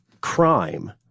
crime